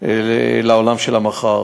לעולם של המחר.